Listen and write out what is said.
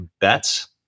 bets